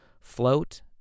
Float